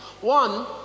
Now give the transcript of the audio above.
One